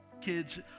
kids